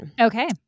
Okay